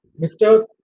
Mr